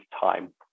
time